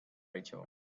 rachel